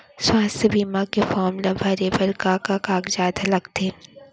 स्वास्थ्य बीमा के फॉर्म ल भरे बर का का कागजात ह लगथे?